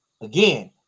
again